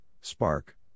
Spark